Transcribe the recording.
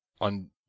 on